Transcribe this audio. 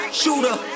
shooter